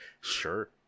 Sure